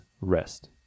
rest